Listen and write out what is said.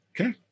Okay